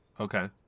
Okay